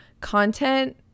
content